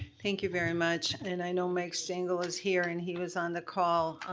thank you very much. and i know mike stangel is here and he was on the call.